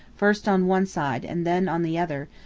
first on one side and then on the other,